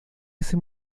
ese